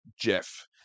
Jeff